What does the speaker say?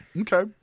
Okay